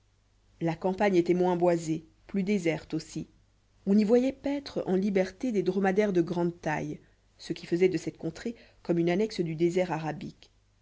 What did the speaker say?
la campagne était moins boisée plus déserte aussi on y voyait paître en liberté des dromadaires de grande taille ce qui faisait de cette contrée comme une annexe du désert arabique